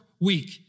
week